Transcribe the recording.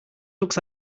looks